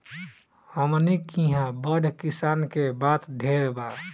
हमनी किहा बड़ किसान के बात ढेर बा